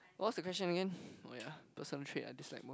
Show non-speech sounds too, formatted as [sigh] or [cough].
what's the question again [breath] oh ya personal trait I dislike the most